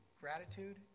gratitude